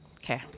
Okay